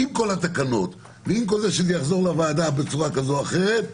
עם כל התקנות ועם כל זה שזה יחזור לוועדה בצורה כזו או אחרת,